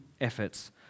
efforts